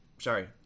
Sorry